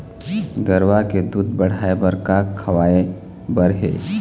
गरवा के दूध बढ़ाये बर का खवाए बर हे?